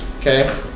Okay